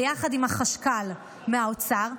ביחד עם החשכ"ל מהאוצר,